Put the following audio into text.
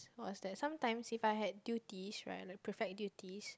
was that sometimes if I have duties right the prefect duties